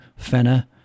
Fenna